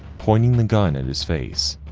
pointing the gun at his face.